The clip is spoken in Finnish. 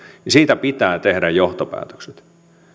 niin siitä pitää tehdä johtopäätökset